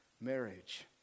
marriage